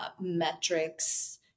Metrics